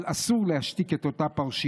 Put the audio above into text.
אבל אסור להשתיק את אותה פרשייה.